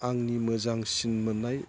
आंनि मोजांसिन मोननाय